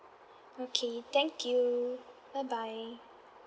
okay thank you bye bye